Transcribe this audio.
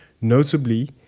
notably